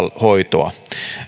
hoitoa